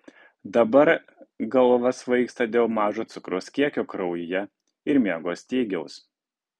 dabar galva svaigsta dėl mažo cukraus kiekio kraujyje ir miego stygiaus